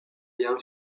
bien